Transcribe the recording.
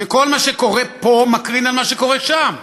וכל מה שקורה פה מקרין על מה שקורה שם.